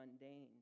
mundane